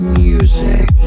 music